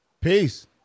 Peace